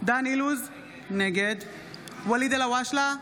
דן אילוז, נגד ואליד אלהואשלה,